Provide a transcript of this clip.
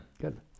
Good